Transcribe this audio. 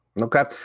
Okay